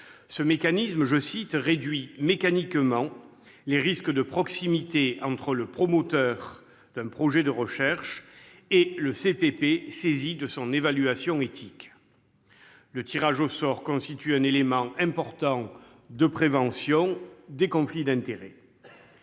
Ce mécanisme, je cite, « réduit mécaniquement les risques de proximité entre le promoteur d'un projet de recherche et le CPP saisi de son évaluation éthique. » Le tirage au sort constitue un élément important de prévention des conflits d'intérêts.